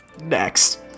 Next